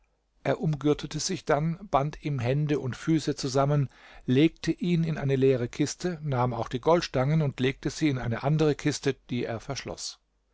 er umgürtete sich dann band ihm hände und füße zusammen legte ihn in eine leere kiste nahm auch die goldstangen und legte sie in eine andere kiste die er